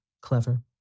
clever